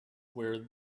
where